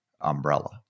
umbrella